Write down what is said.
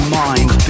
mind